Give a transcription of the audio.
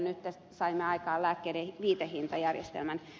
ja nyt saimme aikaan lääkkeiden viitehintajärjestelmän